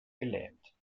gelähmt